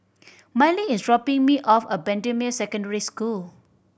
Mylie is dropping me off at Bendemeer Secondary School